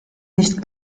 nicht